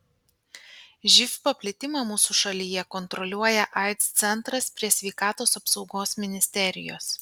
živ paplitimą mūsų šalyje kontroliuoja aids centras prie sveikatos apsaugos ministerijos